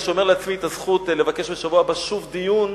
אני שומר לעצמי את הזכות לבקש בשבוע הבא שוב דיון,